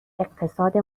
اقتصاد